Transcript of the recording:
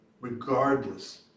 regardless